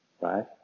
right